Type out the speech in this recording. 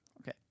Okay